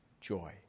joy